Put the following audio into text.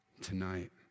tonight